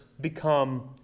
become